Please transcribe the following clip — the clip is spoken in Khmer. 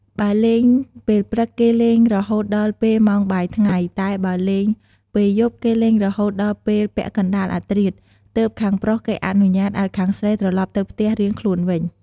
បើលេងពេលព្រឹកគេលេងរហូតដល់ពេលម៉ោងបាយថ្ងៃ តែបើលេងពេលយប់គេលេងរហូតដល់ពេលពាក់កណ្ដាលអធ្រាត្រ ទើបខាងប្រុសគេអនុញ្ញាតឲ្យខាងស្រីត្រឡប់ទៅផ្ទះរៀងខ្លួនវិញ។